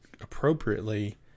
appropriately